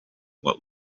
what